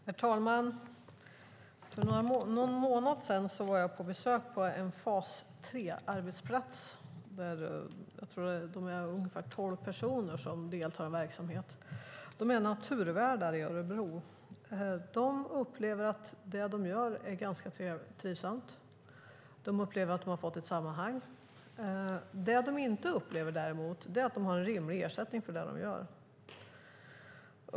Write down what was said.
Herr talman! För någon månad sedan var jag på besök på en fas 3-arbetsplats. Jag tror att det är ungefär tolv personer som deltar i en verksamhet. De är naturvärdar i Örebro. De upplever att det de gör är ganska trivsamt och att de har fått ett sammanhang. Det de däremot inte upplever är att de har en rimlig ersättning för vad de gör.